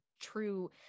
true